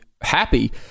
happy –